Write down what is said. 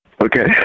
Okay